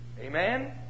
Amen